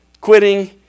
quitting